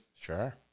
Sure